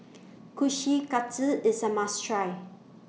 Kushikatsu IS A must Try